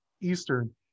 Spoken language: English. Eastern